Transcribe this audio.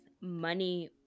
money